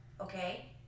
okay